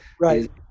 Right